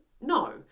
No